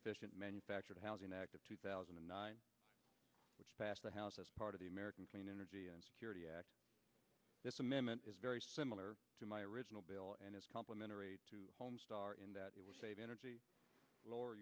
efficient manufactured housing act of two thousand and nine which passed the house as part of the american clean energy and security act this amendment is very similar to my original bill and it's complimentary to star in that it will save energy lo